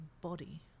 body